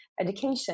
education